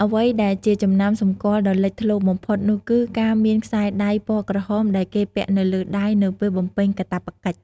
អ្វីដែលជាចំណាំសម្គាល់ដ៏លេចធ្លោបំផុតនោះគឺការមានខ្សែដៃពណ៌ក្រហមដែលគេពាក់នៅលើដៃនៅពេលបំពេញកាតព្វកិច្ច។